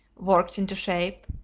worked into shape,